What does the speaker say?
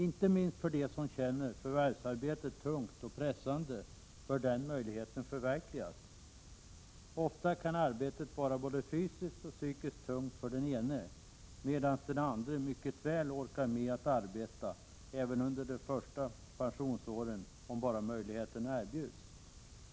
Inte minst för dem som känner förvärvsarbetet tungt och pressande bör denna möjlighet förverkligas. Ofta kan arbetet vara både fysiskt och psykiskt tungt för den ene, medan den andre mycket väl orkar med att arbeta även under de första pensionsåren, om bara möjlighet erbjuds.